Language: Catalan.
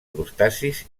crustacis